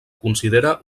considera